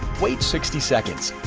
wait sixty seconds.